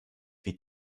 wie